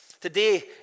Today